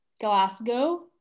Glasgow